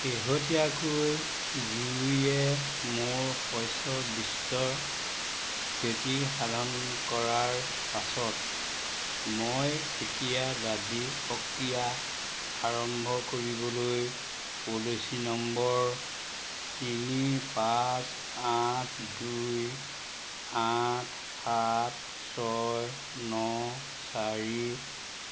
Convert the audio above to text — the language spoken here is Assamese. শেহতীয়াকৈ জুয়ে মোৰ শস্যৰ বিস্তৰ ক্ষতি সাধন কৰাৰ পাছত মই এতিয়া দাবী প্ৰক্ৰিয়া আৰম্ভ কৰিবলৈ পলিচী নম্বৰ তিনি পাঁচ আঠ দুই আঠ সাত ছয় ন চাৰি